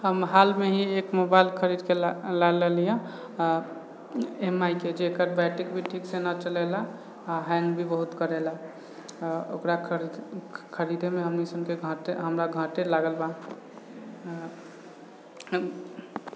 हम हालमे ही एक मोबाइल खरीदके ला लायल रहलियै आओर एम आइ के जकर बैट्री भी ठीकसँ नहि चललै आओर हैंग भी बहुत करैले आओर ओकरा खरीदैमे हमे सनिके घाटे हमरा घाटे लागल बा आ